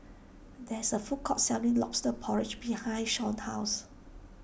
there is a food court selling Lobster Porridge behind Shon's house